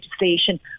legislation